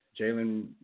Jalen